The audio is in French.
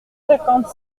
cinquante